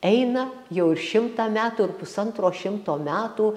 eina jau ir šimtą metų ir pusantro šimto metų